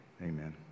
Amen